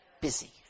busy